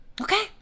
Okay